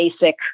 basic